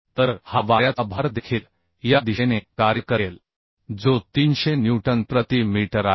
तर हा वाऱ्याचा भार देखील या दिशेने कार्य करेल जो 300 न्यूटन प्रति मीटर आहे